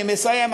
אני מסיים,